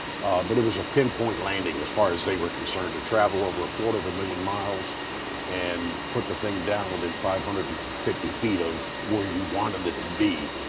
but it was a pinpoint landing as far as they were concerned. to travel over a quarter of a million miles and put the thing down within five hundred and fifty feet of where you wanted it to be,